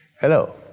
Hello